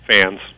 fans